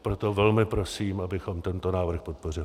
Proto velmi prosím, abychom tento návrh podpořili.